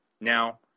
Now